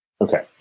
Okay